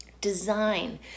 Design